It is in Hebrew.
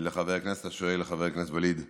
לחבר הכנסת השואל, חבר הכנסת ווליד טאהא,